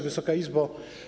Wysoka Izbo!